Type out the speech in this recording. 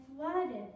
flooded